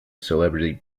celebrity